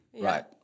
right